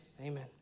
amen